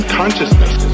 consciousness